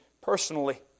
personally